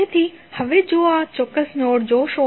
તેથી હવે જો તમે આ ચોક્કસ નોડ જોશો તો તમે શું જોઈ શકો છો